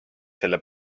selle